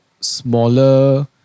smaller